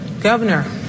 Governor